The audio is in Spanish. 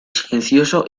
silencioso